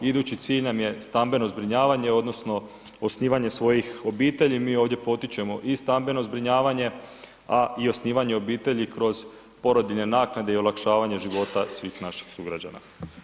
Idući cilj nam je stambeno zbrinjavanje odnosno osnivanje svojih obitelji, mi ovdje potičemo i stambeno zbrinjavanje, a i osnivanje obitelji kroz porodiljne naknade i olakšavanje života svih naših sugrađana.